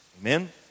Amen